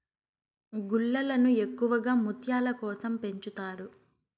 గుల్లలను ఎక్కువగా ముత్యాల కోసం పెంచుతారు